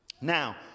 Now